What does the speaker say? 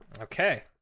Okay